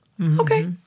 okay